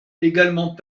également